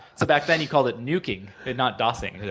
so back then, you called it niking, but not dosing.